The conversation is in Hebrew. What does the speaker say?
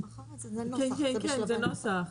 כן, זה נוסח.